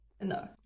no